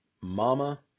mama